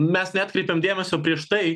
mes neatkreipiam dėmesio prieš tai